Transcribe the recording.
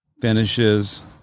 finishes